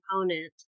component